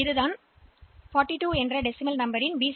எனவே இது 42 என்ற எண்ணின் பி